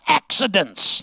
accidents